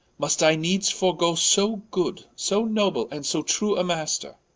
must i needes forgo so good, so noble, and so true a master?